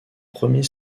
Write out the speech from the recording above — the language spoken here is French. premier